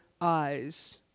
eyes